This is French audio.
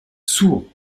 sourd